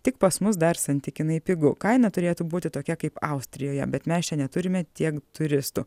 tik pas mus dar santykinai pigu kaina turėtų būti tokia kaip austrijoje bet mes čia neturime tiek turistų